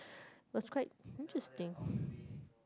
was quite interesting